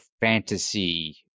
fantasy